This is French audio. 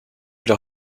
leur